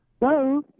Hello